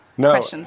No